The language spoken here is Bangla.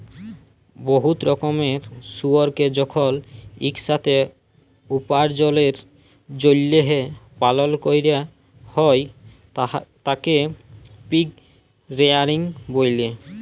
বহুত রকমের শুয়রকে যখল ইকসাথে উপার্জলের জ্যলহে পালল ক্যরা হ্যয় তাকে পিগ রেয়ারিং ব্যলে